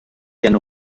hanno